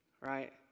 right